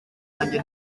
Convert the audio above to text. yanjye